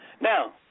Now